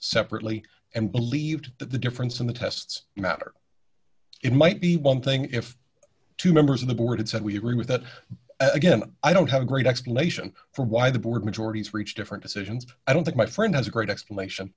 separately and believed that the difference in the tests matter it might be one thing if two members of the board said we agree with that again i don't have a great explanation for why the board majority has reached different decisions i don't think my friend has a great explanation